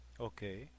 Okay